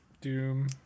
Doom